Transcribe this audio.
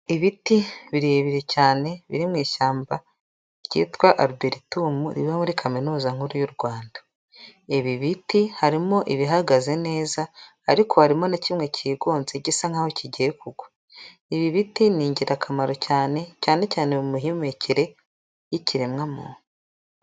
Ibiti birebire cyane biri mu ishyamba ryitwa Alberituum, riba muri Kaminuza Nkuru y'u Rwanda. Ibi biti harimo ibihagaze neza ariko harimo na kimwe kigonze gisa nk'aho kigiye kugwa. Ibi biti ni ingirakamaro cyane, cyane cyane mu mihumekere y'ikiremwamuntu.